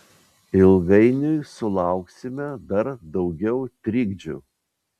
ilgainiui sulauksime dar daugiau trikdžių